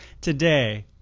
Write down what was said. Today